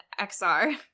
xr